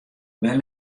wêr